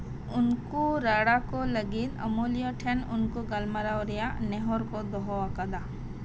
ᱩᱱᱠᱩ ᱨᱟᱲᱟᱠᱚ ᱞᱟᱹᱜᱤᱫ ᱟᱹᱢᱟᱹᱞᱤᱭᱟᱹᱴᱷᱮᱱ ᱩᱱᱠᱩ ᱜᱟᱞᱢᱟᱨᱟᱣ ᱨᱮᱭᱟᱜ ᱱᱮᱦᱚᱨᱠᱚ ᱫᱚᱦᱚᱣᱟᱠᱟᱫᱟ